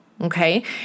Okay